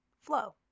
flow